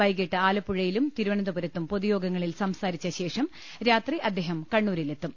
വൈകിട്ട് ആലപ്പുഴയിലും തിരുവനന്തപുരത്തും പൊതുയോഗങ്ങ ളിൽ സംസാരിച്ചശേഷം രാത്രി അദ്ദേഹം കണ്ണൂരിലെത്തും